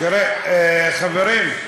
חברים,